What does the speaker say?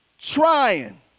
Trying